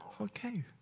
Okay